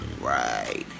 right